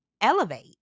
elevate